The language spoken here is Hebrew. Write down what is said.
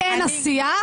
אין עשייה,